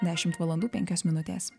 dešimt valandų penkias minutes